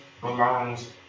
belongs